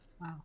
Wow